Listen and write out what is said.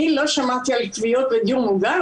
אני לא שמעתי על כוויות בדיור מוגן.